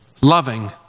Loving